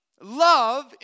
Love